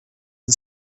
and